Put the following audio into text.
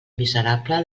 miserable